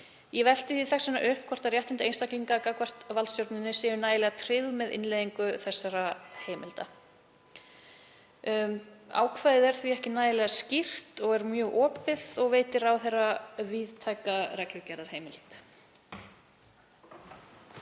Ég velti því þess vegna upp hvort réttindi einstaklinga gagnvart valdstjórninni séu nægilega tryggð með innleiðingu þessara heimilda. Ákvæðið er ekki nægilega skýrt og er mjög opið og veitir ráðherra víðtæka reglugerðarheimild.